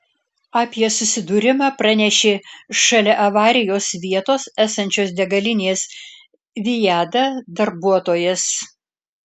apie susidūrimą pranešė šalia avarijos vietos esančios degalinės viada darbuotojas